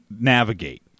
navigate